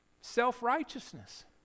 self-righteousness